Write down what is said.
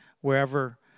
wherever